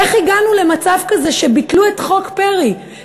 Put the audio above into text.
איך הגענו למצב כזה שביטלו את חוק פרי,